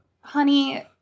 honey